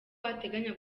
ateganya